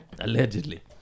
Allegedly